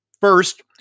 First